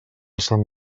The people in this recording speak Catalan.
sant